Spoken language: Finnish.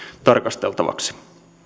tarkasteltavaksi